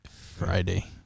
Friday